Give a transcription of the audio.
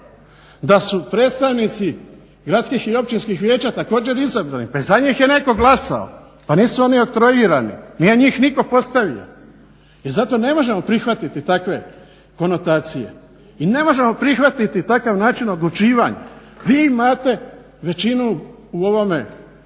da su predstavnici gradskih i općinskih vijeća također izabrani. Pa i za njih je netko glasao, pa nisu oni oktroirani, nije njih nitko postavio. I zato ne možemo prihvatiti takve konotacije i ne možemo prihvatiti takav način odlučivanja. Vi imate većinu u ovom